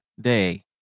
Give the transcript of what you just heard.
day